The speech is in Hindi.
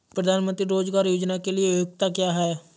प्रधानमंत्री रोज़गार योजना के लिए योग्यता क्या है?